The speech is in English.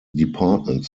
department